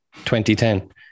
2010